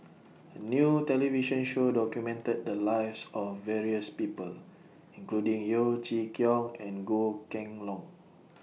A New television Show documented The Lives of various People including Yeo Chee Kiong and Goh Kheng Long